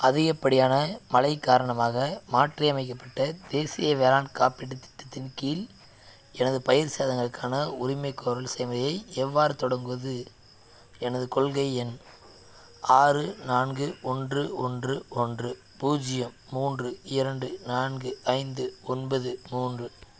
அதிகப்படியான மழை காரணமாக மாற்றியமைக்கப்பட்ட தேசிய வேளாண் காப்பீட்டுத் திட்டத்தின் கீழ் எனது பயிர் சேதங்களுக்கான உரிமைக்கோரல் செயல்முறையை எவ்வாறு தொடங்குவது எனது கொள்கை எண் ஆறு நான்கு ஒன்று ஒன்று ஒன்று பூஜ்ஜியம் மூன்று இரண்டு நான்கு ஐந்து ஒன்பது மூன்று